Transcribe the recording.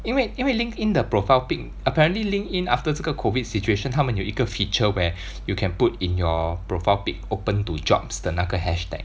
因为因为 LinkedIn 的 profile pic apparently LinkedIn after 这个 COVID situation 他们有一个 feature where you can put in your profile pic open to jobs 的那个 hashtag